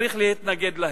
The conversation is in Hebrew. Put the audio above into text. צריך להתנגד להם.